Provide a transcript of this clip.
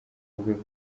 rwego